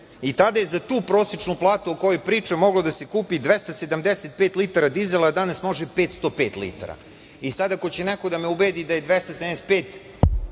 Tada je za tu prosečnu platu o kojoj priča moglo da se kupi 275 litara dizela, a danas može 505 litara. E sad, ako će neko da me ubedi da je 275 više